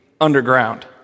underground